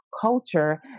culture